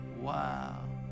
wow